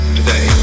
today